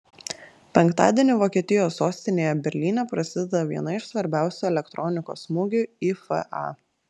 penktadienį vokietijos sostinėje berlyne prasideda viena iš svarbiausių elektronikos mugių ifa